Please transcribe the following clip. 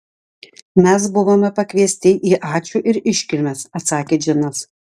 mes buvome pakviesti į ačiū ir iškilmes atsakė džinas